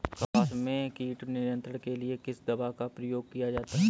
कपास में कीट नियंत्रण के लिए किस दवा का प्रयोग किया जाता है?